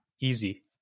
Easy